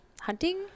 hunting